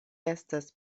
estas